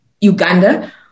Uganda